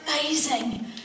amazing